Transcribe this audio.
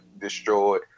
destroyed